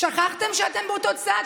שכחתם שאתם באותו צד?